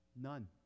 None